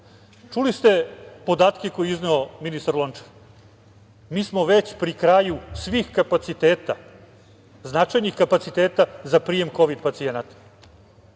nas. Čuli ste podatke koje je izneo ministar Lončar. Mi smo već pri kraju svih značajnih kapaciteta za prijem kovid pacijenata.